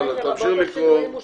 הצבעה על סעיף 2, לרבות השינויים.